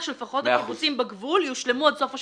שלפחות הקיבוצים בגבול יושלמו עד סוף השנה.